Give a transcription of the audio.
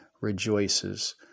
rejoices